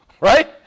Right